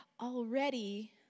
already